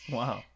wow